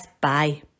Bye